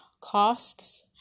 costs